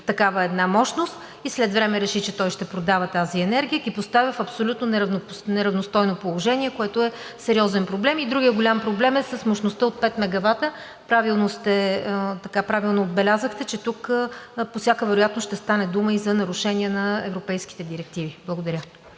такава една мощност и след време реши, че той ще продава тази енергия, ги поставя в абсолютно неравностойно положение, което е сериозен проблем. Другият голям проблем е с мощността от пет мегавата. Правилно отбелязахте, че тук по всяка вероятно ще стане дума и за нарушение на европейските директиви. Благодаря.